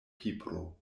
pipro